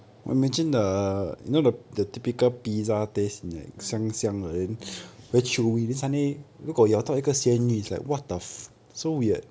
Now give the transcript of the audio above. ah ah